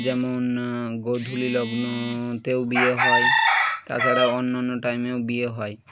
যেমন গোধুলি লগ্নতেও বিয়ে হয় তাছাড়াও অন্যানন্য টাইমেও বিয়ে হয়